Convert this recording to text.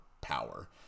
power